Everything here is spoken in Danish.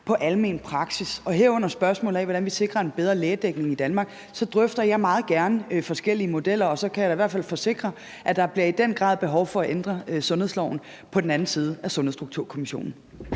på almen praksis, herunder spørgsmålet om, hvordan vi sikrer en bedre lægedækning i Danmark, så drøfter jeg meget gerne forskellige modeller, og så kan jeg da i hvert fald forsikre, at der i den grad bliver behov for at ændre sundhedsloven på den anden side af Sundhedsstrukturkommissionen.